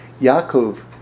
Yaakov